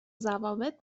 ضوابط